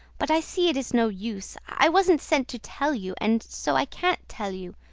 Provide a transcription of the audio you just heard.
but i see it is no use. i wasn't sent to tell you, and so i can't tell you.